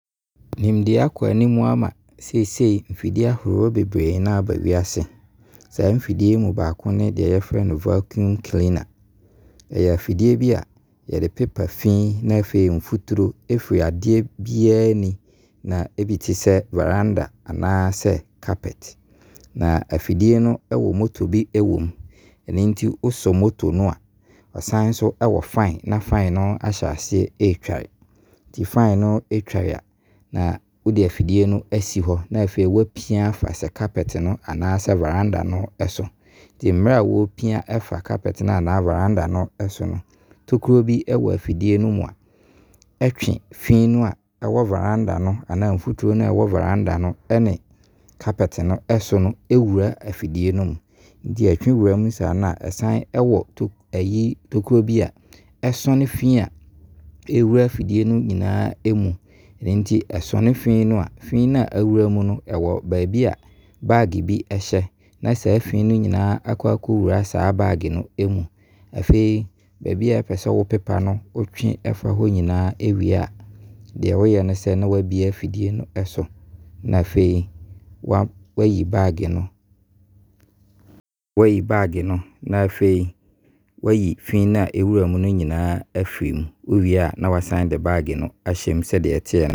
Nimdeɛ akɔ anim mu ama siesie mfidie ahoroɔ bebree na aba wiase. Mfidie yi mu baako ne deɛ yɛfrɛ no vacuum cleaner. Ɛyɛ afidie bi a yɛde pepa fii ne afei mfuturo firi adeɛ biara ani. Na ɛbi te sɛ varanda anaa sɛ carpet. Na afidie no wɔ motor bi ɛwɔ mu. Ɛno nti wo sɛ motor no a, ɔsane nso wɔ fan. Na fan no ahyɛ aseɛ ɛtware. Nti fan no ɛtware a na wo de afidie no asi hɔ. Na afei wo apia afa carpet no anaa sɛ varanda no ɛso. Nti mmerɛ a wo pia afa carpet no anaa sɛ varanda no so no, tokuro bi ɛwɔ afidie no mu a ɛtwe fii no a ɛwɔ varanda no anaa mfuturo no anaa varanda ɛne carpet no so no awura afidie no mu. Nti ɛtwe wura mu saa no a ɛsane wɔ tokuro bi a ɛsɔne fii a ɛwura afidie no nyinaa mu. Nti ɛsɔne fii no a, fii no a awura mu no ɛwɔ baabi a bag bi ɛhyɛ na saa fii no nyinaa no aɔk akɔwura saa bag no mu. Afei baabi a wo pɛ sɛ wo pepa no wo twe fa hɔ nyinaa wie a deɛ wo yɛ ne sɛ na w'abue afidie no so. Na afei wayi bag no, wayi bag no, na afei wayi fii no a ɛwura mu no nyinaa afiri mu. Wo wei a na wo asane de bag no ahyɛ mu sɛdeɛ ɛteɛ no.